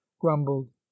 grumbled